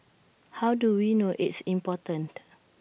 how do we know it's important